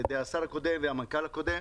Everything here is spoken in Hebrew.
על ידי השר הקודם והמנכ"ל הקודם,